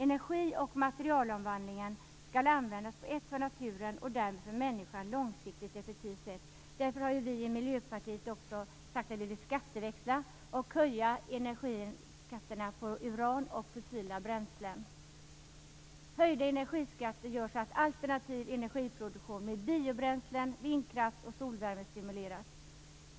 Energi och materialomvandlingen skall användas på ett för naturen och därmed för människan långsiktigt effektivt sätt. Därför har vi i Miljöpartiet sagt att vi vill skatteväxla och höja energiskatterna på uran och fossila bränslen. Höjda energiskatter gör att alternativ energiproduktion, med biobränslen, vindkraft och solvärme, stimuleras.